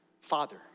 Father